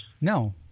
No